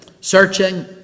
searching